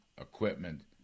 equipment